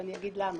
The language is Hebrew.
ואני אגיד למה.